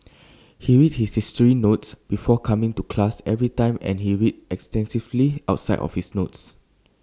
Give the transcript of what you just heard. he read his history notes before coming to class every time and he read extensively outside of his notes